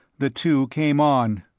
the two came on.